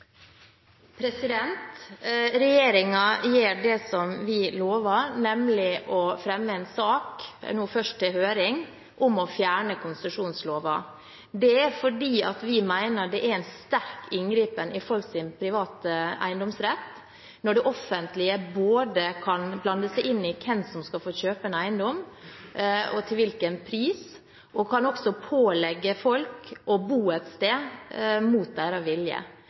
det som den lovet, nemlig å fremme en sak – som først skal ut på høring – om å fjerne konsesjonsloven. Det gjør vi fordi vi mener det er en sterk inngripen i folks private eiendomsrett når det offentlige både kan blande seg inn i hvem som skal få kjøpe en eiendom og til hvilken pris, og også kan pålegge folk å bo et sted mot deres vilje.